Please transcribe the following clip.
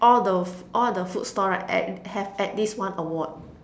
all the f~ all the food store right at have at least one Award